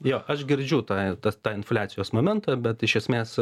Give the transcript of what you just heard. jo aš girdžiu tą ir tas tą infliacijos momentą bet iš esmės